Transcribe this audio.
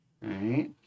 Right